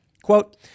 Quote